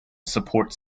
support